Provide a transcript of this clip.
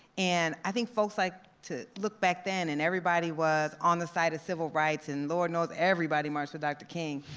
and i think folks like to look back then and everybody was on the side of civil rights and lord knows everybody marched with dr. king.